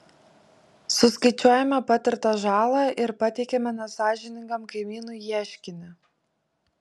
suskaičiuojame patirtą žalą ir pateikiame nesąžiningam kaimynui ieškinį